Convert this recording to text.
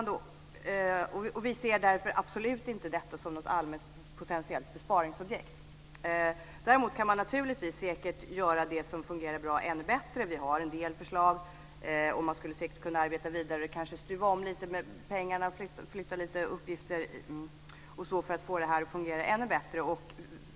Vi ser därför absolut inte detta som något allmänt potentiellt besparingsobjekt. Däremot kan man säkert göra det som fungerar bra ännu bättre, och vi har en del förslag som man kanske skulle kunna arbeta vidare med. Man kan stuva om en del pengar, flytta uppgifter osv. för att få det att fungera ännu bättre.